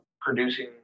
producing